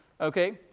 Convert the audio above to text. okay